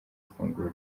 ifunguro